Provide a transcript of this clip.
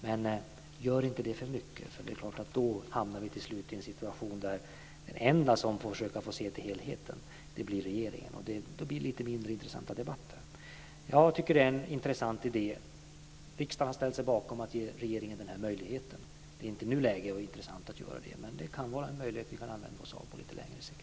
Men gör inte det för mycket, för då hamnar vi i en situation där den enda som försöker se till helheten är regeringen. Då blir debatterna mindre intressanta. Detta är en intressant idé. Riksdagen har ställt sig bakom att ge regeringen denna möjlighet. Det är inte nu läge och intressant att göra så. Men det kan vara en möjlighet att använda sig av på lite längre sikt.